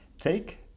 Take